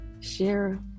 Share